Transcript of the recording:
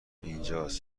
اینجاس